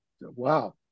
Wow